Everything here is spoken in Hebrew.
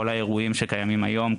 האירועים שקיימים היום,